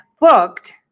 booked